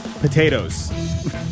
Potatoes